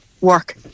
work